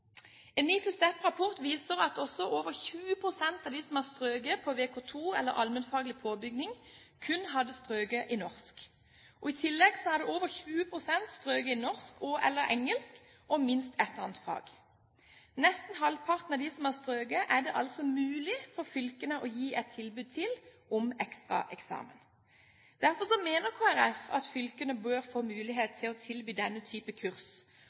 En NIFU STEP-rapport viser at over 20 pst. av dem som har strøket på VK II allmennfaglig påbygging, kun hadde strøket i norsk. I tillegg hadde over 20 pst. strøket i norsk og/eller engelsk og minst et annet fag. Nesten halvparten av dem som har strøket, er det altså mulig for fylkene å gi et tilbud til om ekstra eksamen. Derfor mener Kristelig Folkeparti at fylkene bør få mulighet til å tilby denne typen kurs.